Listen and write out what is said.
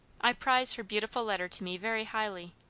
i prize her beautiful letter to me very highly.